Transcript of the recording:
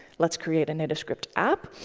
let's create a nativescript app.